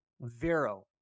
Vero